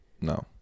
No